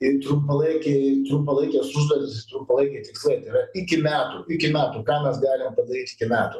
ir trumpalaikiai trumpalaikės užduotys ir trumpalaikiai tikslai tai yra iki metų iki metų ką mes galim padaryt iki metų